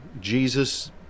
Jesus